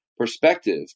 perspective